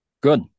Good